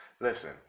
listen